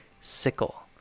sickle